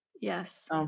Yes